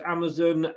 Amazon